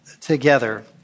together